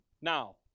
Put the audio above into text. Now